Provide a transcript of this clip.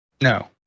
no